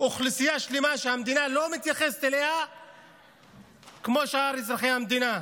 אוכלוסייה שלמה שהמדינה לא מתייחסת אליה כמו אל שאר אזרחי המדינה.